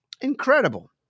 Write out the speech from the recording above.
Incredible